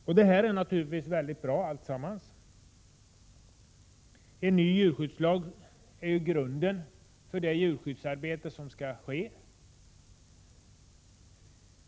Allt detta är naturligtvis mycket bra. En ny djurskyddslag är grunden för det djurskyddsarbete som skall ske.